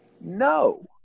No